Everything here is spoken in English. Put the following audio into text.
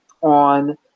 on